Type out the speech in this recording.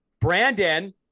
brandon